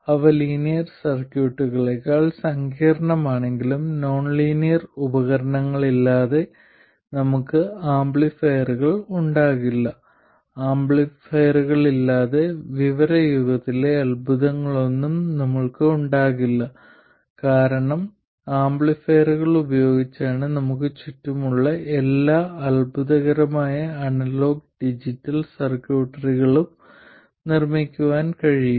അവ ലീനിയർ സർക്യൂട്ടുകളേക്കാൾ സങ്കീർണ്ണമാണെങ്കിലും നോൺലീനിയർ ഉപകരണങ്ങളില്ലാതെ നമുക്ക് ആംപ്ലിഫയറുകൾ ഉണ്ടാകില്ല ആംപ്ലിഫയറുകളില്ലാതെ വിവരയുഗത്തിലെ അത്ഭുതങ്ങളൊന്നും ഞങ്ങൾക്ക് ഉണ്ടാകില്ല കാരണം ആംപ്ലിഫയറുകൾ ഉപയോഗിച്ചാണ് നിങ്ങൾക്ക് ചുറ്റുമുള്ള എല്ലാ അത്ഭുതകരമായ അനലോഗ് ഡിജിറ്റൽ സർക്യൂട്ടറികളും നിർമ്മിക്കാൻ കഴിയുക